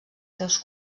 seus